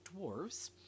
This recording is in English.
Dwarves